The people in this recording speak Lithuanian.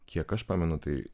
kiek aš pamenu tai